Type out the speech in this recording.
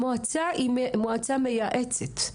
המועצה היא מועצה מייעצת.